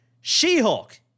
She-Hulk